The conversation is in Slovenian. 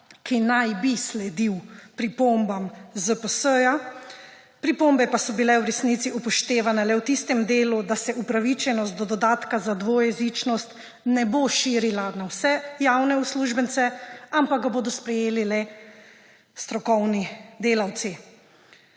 ki naj bi sledil pripombam ZPS. Pripombe pa so bile v resnici upoštevane le v tistem delu, da se upravičenost do dodatka za dvojezičnost ne bo širila na vse javne uslužbence, ampak ga bodo prejeli le strokovni delavci.